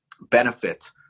benefit